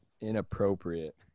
Inappropriate